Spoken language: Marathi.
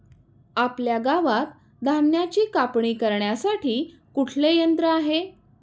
आपल्या गावात धन्याची कापणी करण्यासाठी कुठले यंत्र आहे?